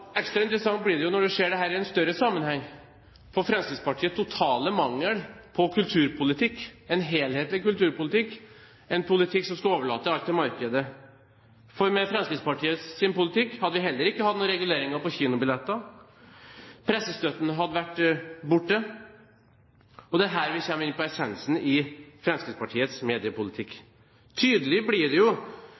Ekstra interessant blir det når man ser dette i en større sammenheng: Fremskrittspartiets totale mangel på en helhetlig kulturpolitikk, en politikk som skal overlate alt til markedet. For med Fremskrittspartiets politikk hadde vi heller ikke hatt noen reguleringer på kinobilletter, og pressestøtten hadde vært borte. Og det er her vi kommer inn på essensen i Fremskrittspartiets mediepolitikk. Tydelig blir det